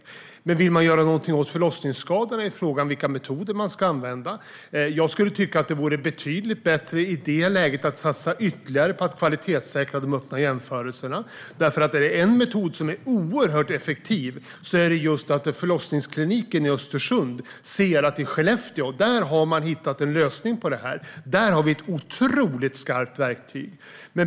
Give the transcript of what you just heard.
Men sedan var det frågan om vad som kan göras åt förlossningsskadorna och vilka metoder som ska användas. Det vore betydligt bättre att i det läget satsa ytterligare på att kvalitetssäkra de öppna jämförelserna. En metod som är oerhört effektiv är att förlossningskliniken i Östersund kan se att i Skellefteå har man hittat en lösning. Där finns ett otroligt skarpt verktyg.